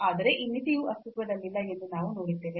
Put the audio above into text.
ಆದರೆ ಈ ಮಿತಿಯು ಅಸ್ತಿತ್ವದಲ್ಲಿಲ್ಲ ಎಂದು ನಾವು ನೋಡಿದ್ದೇವೆ